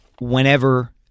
whenever